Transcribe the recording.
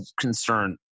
concern